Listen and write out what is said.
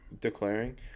declaring